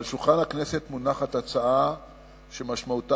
ועל שולחן הכנסת מונחת הצעה שמשמעותה